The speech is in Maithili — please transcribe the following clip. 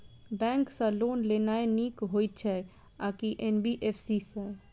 बैंक सँ लोन लेनाय नीक होइ छै आ की एन.बी.एफ.सी सँ?